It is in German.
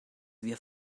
wir